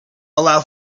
allow